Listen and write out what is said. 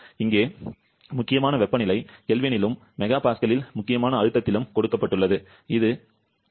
இங்கே முக்கியமான வெப்பநிலை கெல்வினிலும் மெகா பாஸ்கலில் முக்கியமான அழுத்தத்திலும் கொடுக்கப்பட்டுள்ளது இது 4